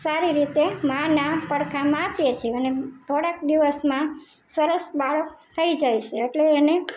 સારી રીતે માના પડખામાં આપીએ છીએ અને થોડાંક દિવસમાં સરસ બાળક થઈ જાય છે અટલે એને